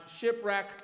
Shipwreck